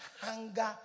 hunger